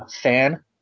fan